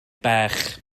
bach